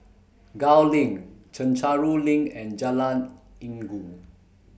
Gul LINK Chencharu LINK and Jalan Inggu